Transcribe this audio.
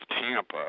Tampa